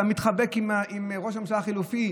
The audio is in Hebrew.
אתה מתחבק עם ראש הממשלה החלופי,